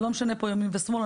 זה לא משנה ימין ושמאל,